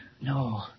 No